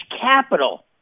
Capital